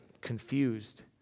confused